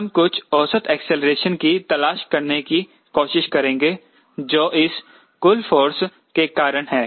हम कुछ औसत एक्सेलरेशन की तलाश करने की कोशिश करेंगे जो इस कूल फोर्स के कारण है